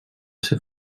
ser